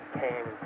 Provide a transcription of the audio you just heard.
came